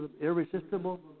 Irresistible